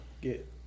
get